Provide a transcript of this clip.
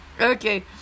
okay